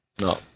no